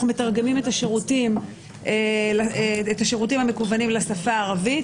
אנחנו מתרגמים את השירותים המקוונים לשפה הערבית.